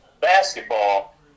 basketball